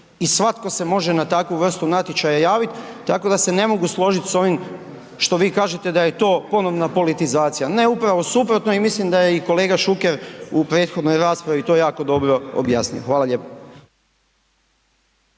i svatko se može na takvu vrstu natječaja javit, tako da se ne mogu složiti s ovim što vi kažete da je to ponovna politizacija, na upravo suprotno i mislim da je i kolega Šuker u prethodnoj raspravi to jako dobro objasnio. Hvala lijepo.